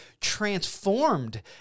transformed